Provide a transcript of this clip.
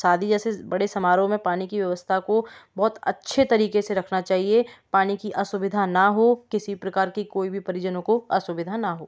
शादी जैसे बड़े समारोह में पानी की व्यवस्था को बहुत अच्छे तरीके से रखना चाहिए पानी की असुविधा न हो किसी प्रकार की कोई भी परिजनों को असुविधा न हो